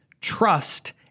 trust